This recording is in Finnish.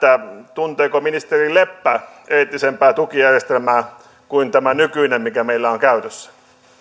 tunteeko ministeri leppä eettisempää tukijärjestelmää kuin tämä nykyinen mikä meillä on käytössä